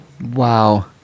Wow